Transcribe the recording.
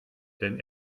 denn